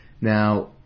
Now